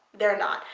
they're not.